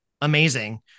Amazing